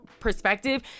perspective